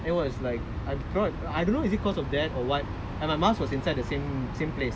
then was like I brought I don't know if it's because of that or [what] and my mask was inside the same same place